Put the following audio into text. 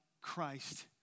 Christ